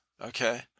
Okay